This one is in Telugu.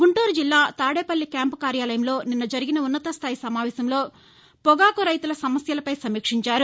గుంటూరు జిల్లా తాదేపల్లి క్యాంపు కార్యాలయంలో నిన్న జరిగిన ఉన్నత స్థాయి సమావేశంలో పొగాకు రైతుల సమస్యలపై సమీక్షించారు